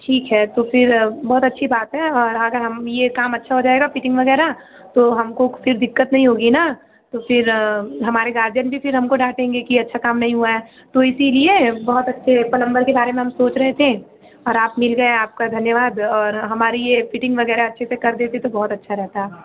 ठीक है तो फिर बहुत अच्छी बात है और अगर हम यह काम अच्छा हो जाएगा वगैरा तो हमको फिर दिक्कत नहीं होगी ना तो फिर हमारे गार्जियन भी फिर हमको डाँटेंगे की अच्छा काम नहीं हुआ है तो इसीलिए बहुत अच्छे पलंबर के बारे में हम सोच रहे थे और आप मिल गया आपका धन्यवाद और हमारी यह फिटिंग वगैरह अच्छे से कर देती तो बहुत अच्छा रहता